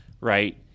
right